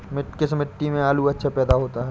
किस मिट्टी में आलू अच्छा पैदा होता है?